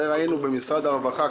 הרי ראינו במשרד הרווחה,